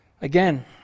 Again